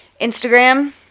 Instagram